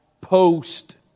post